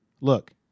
look